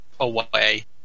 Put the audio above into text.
Away